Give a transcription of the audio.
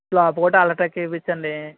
స్లాబ్కి కూడా అల్ట్రాటెక్ వేయించండి